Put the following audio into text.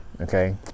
Okay